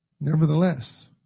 Nevertheless